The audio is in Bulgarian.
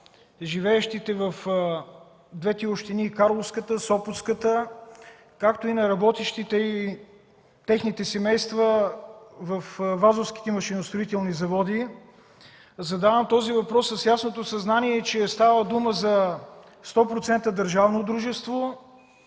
живеещите в двете общини – Карловската и Сопотската, както и на работещите и техните семейства във „Вазовските машиностроителни заводи”. Задавам този въпрос с ясното съзнание, че става дума за сто процента държавно дружество,